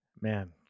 man